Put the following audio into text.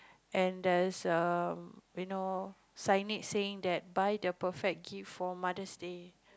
and there's a you know signage saying that buy the perfect gift for Mother's Day